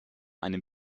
einem